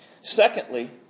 Secondly